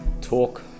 talk